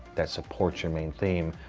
that supports your main theme,